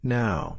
now